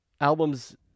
albums